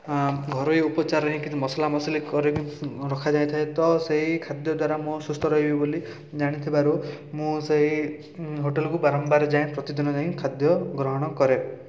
ଆଁ ଘରୋଇ ଉପଚାରରେ କିଛି ମସଲାମସଲି କରିକି ରଖାଯାଇଥାଏ ତ ସେଇ ଖାଦ୍ୟ ଦ୍ଵାରା ମୁଁ ସୁସ୍ଥ ରହିବି ବୋଲି ଜାଣିଥିବାରୁ ମୁଁ ସେଇ ହୋଟେଲକୁ ବାରମ୍ବାର ଯାଏଁ ପ୍ରତିଦିନ ଯାଇ ଖାଦ୍ୟ ଗ୍ରହଣ କରେ